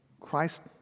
Christ